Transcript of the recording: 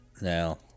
now